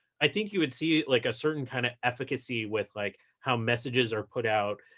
i think you would see like a certain kind of efficacy with like how messages are put out,